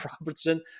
Robertson